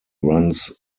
runs